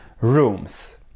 rooms